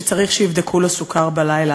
שצריך שיבדקו לו סוכר בלילה,